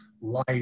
life